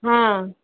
ହଁ